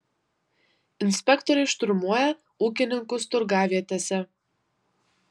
inspektoriai šturmuoja ūkininkus turgavietėse